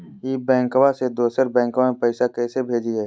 ई बैंकबा से दोसर बैंकबा में पैसा कैसे भेजिए?